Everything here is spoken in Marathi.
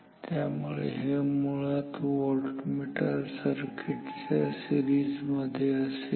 त्यामुळे हे मुळात व्होल्टमीटर सर्किट च्या सीरिजमध्ये असेल